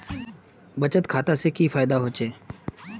बचत खाता से की फायदा होचे?